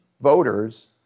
voters